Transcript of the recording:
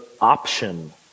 option